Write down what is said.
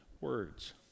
words